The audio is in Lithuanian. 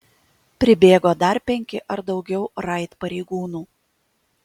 pribėgo dar penki ar daugiau raid pareigūnų